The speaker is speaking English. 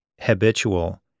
habitual